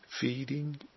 feeding